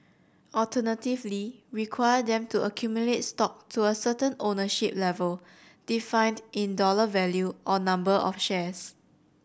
alternatively require them to accumulate stock to a certain ownership level defined in dollar value or number of shares